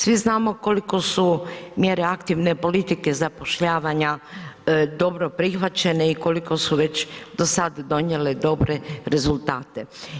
Svi znamo koliko su mjere aktivne politike zapošljavanja dobro prihvaćene i koliko su već do sad donijele dobre rezultate.